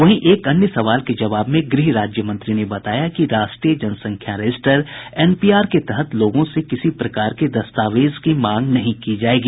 वहीं एक अन्य सवाल के जवाब में गृह राज्य मंत्री ने बताया कि राष्ट्रीय जनसंख्या रजिस्टर एनपीआर के तहत लोगों से किसी प्रकार के दस्तावेज की मांग नहीं की जायेगी